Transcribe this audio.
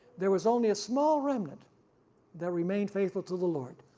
there was only a small remnant that remained faithful to the lord,